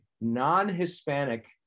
non-Hispanic